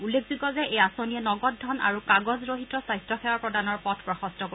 উল্লেখযোগ্য যে এই আঁচনিয়ে নগদ ধন আৰু কাগজৰহিত স্বাস্থ্যসেৱা প্ৰদানৰ পথ প্ৰশস্ত কৰিব